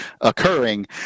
occurring